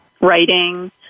writing